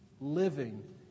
living